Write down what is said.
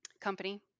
Company